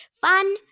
Fun